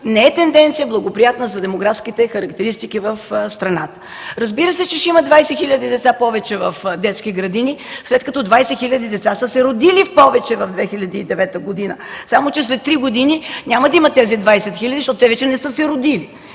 не е благоприятна за демографските характеристики в страната. Разбира се, че ще има 20 000 деца повече в детски градини, след като 20 000 деца повече са се родили през 2009 г., само че след три години няма да ги има тези 20 000, защото те вече не са се родили.